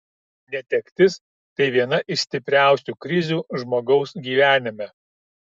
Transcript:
netektis tai viena iš stipriausių krizių žmogaus gyvenime